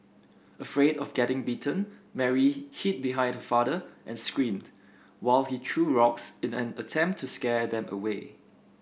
afraid of getting bitten Mary hid behind her father and screamed while he threw rocks in an attempt to scare them away